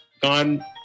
gone